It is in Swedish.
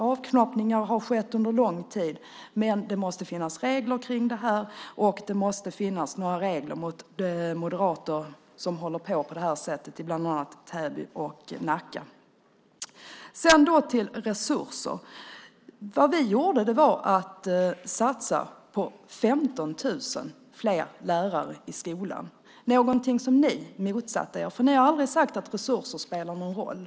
Avknoppningar har skett under lång tid, men det måste finnas regler om detta, och det måste finnas regler mot moderater som håller på på det här sättet i bland annat Täby och Nacka. Låt mig gå över till resurserna. Vi satsade på 15 000 fler lärare i skolan. Det är någonting som ni motsatte er. Ni har aldrig sagt att resurser spelar någon roll.